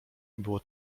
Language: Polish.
było